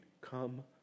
come